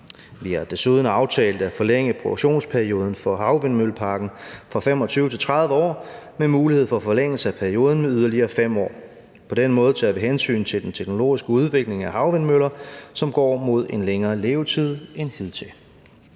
Vi har desuden aftalt at forlænge produktionsperioden for havvindmølleparken fra 25 til 30 år med mulighed for forlængelse af perioden med yderligere 5 år. På den måde tager vi hensyn til den teknologiske udvikling af havvindmøller, som går mod en længere levetid end hidtil.